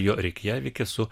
jo reikjavike su